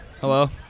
Hello